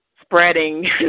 spreading